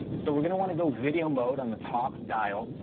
and so we're gonna wanna go video mode on the top dial.